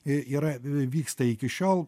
i yra vi vyksta iki šiol